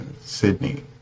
Sydney